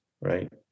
right